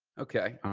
okay.